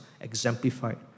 exemplified